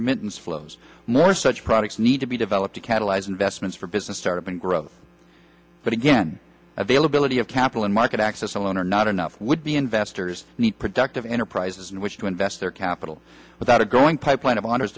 remittance flows more such products need to be developed to catalyze investments for business start of growth but again availability of capital and market access alone are not enough would be investors need productive enterprises in which to invest their capital without a growing pipeline of honor's